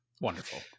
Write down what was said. Wonderful